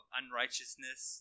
unrighteousness